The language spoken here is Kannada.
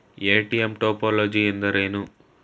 ಎ.ಟಿ.ಎಂ ಟೋಪೋಲಜಿ ಎಂದರೇನು?